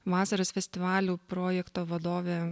vasaros festivalių projekto vadovė